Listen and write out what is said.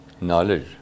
knowledge